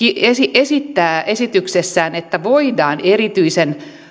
esittää esityksessään että erityisen